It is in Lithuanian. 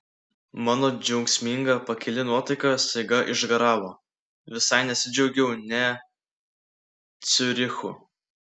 mano džiaugsminga pakili nuotaika staiga išgaravo visai nesidžiaugiau nė ciurichu